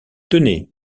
tenez